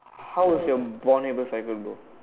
how was your Born-Haber cycle bro